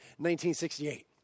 1968